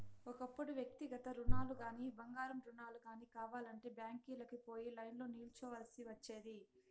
ఒకప్పుడు వ్యక్తిగత రుణాలుగానీ, బంగారు రుణాలు గానీ కావాలంటే బ్యాంకీలకి పోయి లైన్లో నిల్చోవల్సి ఒచ్చేది